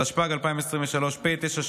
התשפ"ג 2023 פ/976/25,